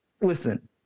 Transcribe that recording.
listen